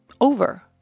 over